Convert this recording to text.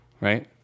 Right